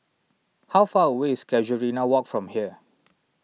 how far away is Casuarina Walk from here